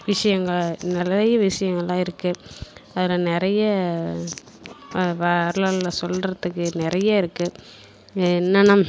விஷயங்கள் நிறைய விஷயங்கள்லாம் இருக்குது அதில் நிறைய வரலாற்றுல சொல்கிறதுக்கு நிறைய இருக்குது என்னன்னா